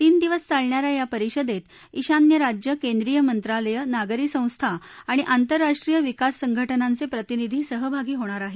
तीन दिवस चालणा या या परिषदेत ईशान्य राज्यं केंद्रीय मंत्रालयं नागरी संस्था आणि आंततराष्ट्रीय विकास संघटनांचे प्रतिनिधी सहभागी होणार आहेत